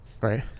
Right